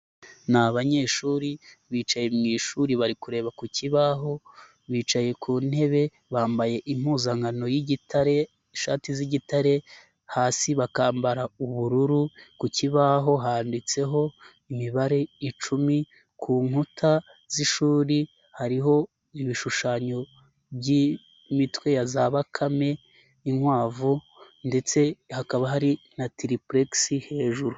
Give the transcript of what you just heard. Ni abanyeshuri bicaye mu ishuri bari kureba ku kibaho, bicaye ku ntebe bambaye impuzankano y'igitare ishati z'igitare hasi bakambara ubururu, ku kibaho handitseho imibare icumi, ku nkuta z'ishuri hariho ibishushanyo by'imitwe ya za bakame, inkwavu ndetse hakaba hari na tiripuregisi hejuru.